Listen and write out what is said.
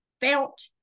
felt